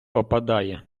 опадає